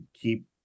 keep